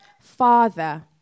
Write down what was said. Father